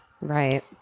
Right